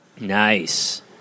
Nice